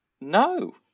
No